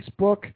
Facebook